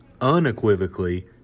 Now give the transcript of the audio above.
unequivocally